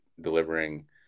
delivering